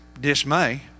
dismay